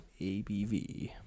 ABV